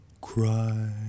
cry